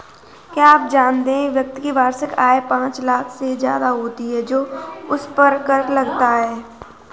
क्या आप जानते है व्यक्ति की वार्षिक आय पांच लाख से ज़्यादा होती है तो उसपर कर लगता है?